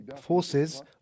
forces